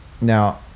now